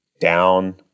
down